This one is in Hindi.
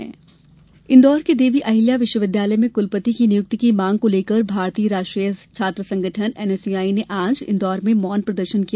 धरना इंदौर के देवी अहिल्या विश्वविद्यालय में कुलपति की नियुक्ति की मांग को लेकर भारतीय राष्ट्रीय छात्र संगठन एनएसयूआई ने आज इंदौर में मौन प्रदर्शन किया